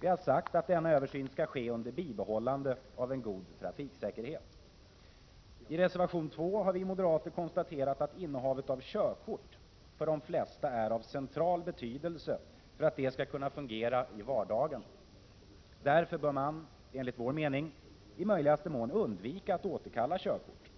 Vi har sagt att denna översyn skall ske under bibehållande av en god trafiksäkerhet. I reservation 2 har vi moderater konstaterat att innehavet av körkort för de flesta är av central betydelse för att de skall kunna fungera i vardagen. Därför bör man, enligt vår mening, i möjligaste mån undvika att återkalla körkortet.